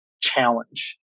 challenge